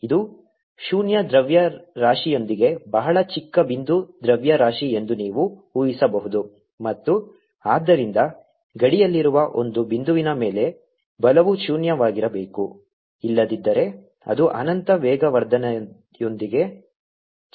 ಇದು ಶೂನ್ಯ ದ್ರವ್ಯರಾಶಿಯೊಂದಿಗೆ ಬಹಳ ಚಿಕ್ಕ ಬಿಂದು ದ್ರವ್ಯರಾಶಿ ಎಂದು ನೀವು ಊಹಿಸಬಹುದು ಮತ್ತು ಆದ್ದರಿಂದ ಗಡಿಯಲ್ಲಿರುವ ಒಂದು ಬಿಂದುವಿನ ಮೇಲೆ ಬಲವು ಶೂನ್ಯವಾಗಿರಬೇಕು ಇಲ್ಲದಿದ್ದರೆ ಅದು ಅನಂತ ವೇಗವರ್ಧನೆಯೊಂದಿಗೆ ಚಲಿಸುತ್ತದೆ